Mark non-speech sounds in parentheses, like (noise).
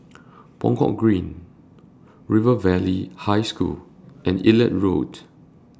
(noise) Buangkok Green River Valley High School and Elliot Road